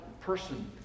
person